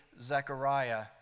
Zechariah